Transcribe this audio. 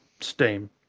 Steam